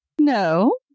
No